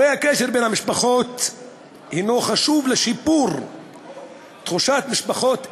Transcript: הרי הקשר בין המשפחות הוא חשוב לשיפור תחושת משפחות אלו,